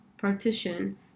partition